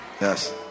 yes